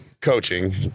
coaching